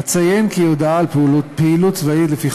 אציין כי הודעה על פעולות צבאיות לפי